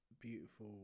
beautiful